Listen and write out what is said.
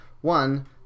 one